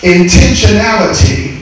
Intentionality